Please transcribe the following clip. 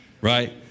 Right